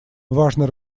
важно